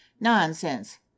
nonsense